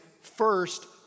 first